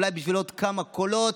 אולי בשביל עד כמה קולות,